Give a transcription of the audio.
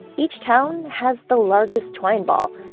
each town has the largest twine ball,